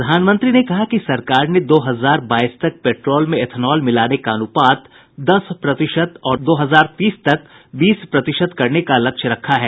प्रधानमंत्री ने कहा कि सरकार ने दो हजार बाईस तक पेट्रोल में एथनॉल मिलाने का अनुपात दस प्रतिशत और दो हजार तीस तक बीस प्रतिशत करने का लक्ष्य रखा है